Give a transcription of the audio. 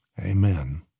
Amen